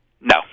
No